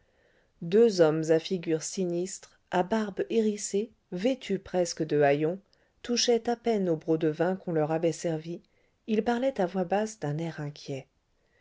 deux hommes à figure sinistre à barbe hérissée vêtus presque de haillons touchaient à peine au broc de vin qu'on leur avait servi ils parlaient à voix basse d'un air inquiet